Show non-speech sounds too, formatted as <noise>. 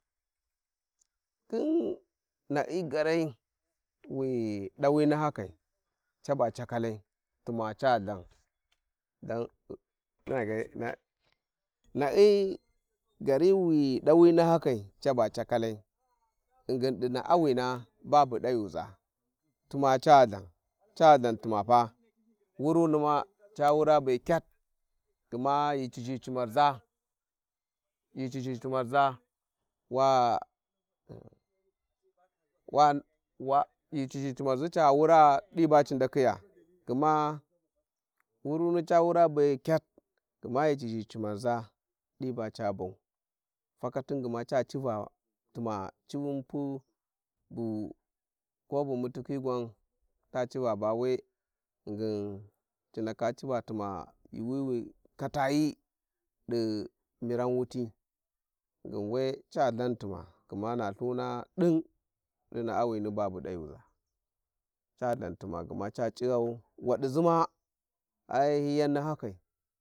﻿Khin naai garai wi dawi naha <noise> kai caba chakalai tuma ca than don <noise> Naai garai wi dawi nahakai chaba chakalai ghingin di na`awina babu tayuza tuma ca lthan tuma pa wurinu ma ca wura be ket gma ghi ci zha cimarza-ghi ci zni Cimarza <hesitation> wa-wa-n wa ghi Chimarya di ca wurga di baci Adaldhiya gma wuruny ċa wura be ket gma qui ci ghi cimarza di ba ca bau takarin gma da civa tuma civun pu bu ko bu mutikhi gwan ta civa ba we ghingin ci ndaka civa tuma yuuwi wi katayi di miran wuti ghingin we ca than tuma gma na Ithuna din di naawini ba bu da yuza Ca than tuma gma ca aghan wa dizima ai-hi yau nahakai.